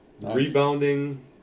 Rebounding